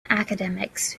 academics